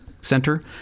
Center